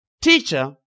Teacher